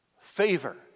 favor